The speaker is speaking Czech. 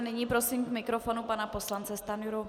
Nyní prosím k mikrofonu pana poslance Stanjuru.